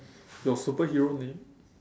your superhero name